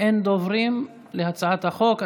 אין דוברים בהצעת החוק.